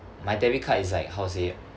my debit card is like how to say